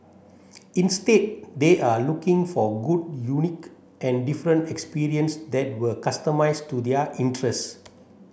instead they are looking for good unique and different experience that were customised to their interest